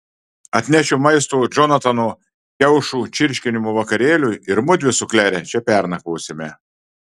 atnešiu maisto džonatano kiaušų čirškinimo vakarėliui ir mudvi su klere čia pernakvosime